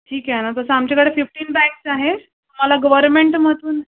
ठीक आहे ना तसं आमच्याकडे फिफ्टीन बॅंक्स आहे तुम्हाला गोवरमेन्टमधून